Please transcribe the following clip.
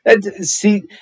See